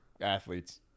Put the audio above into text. athletes